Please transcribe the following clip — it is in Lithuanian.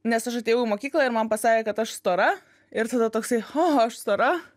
nes aš atėjau į mokyklą ir man pasakė kad aš stora ir tada toksai cha aš stora